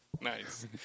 Nice